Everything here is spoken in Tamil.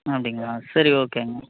ஆ அப்படிங்களா சரி ஓகேங்க